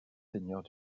seigneurs